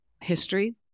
history